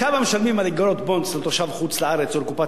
כמה משלמים על איגרות "בונדס" לתושב חוץ-לארץ או לקופת